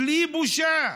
בלי בושה: